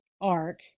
arc